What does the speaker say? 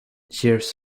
years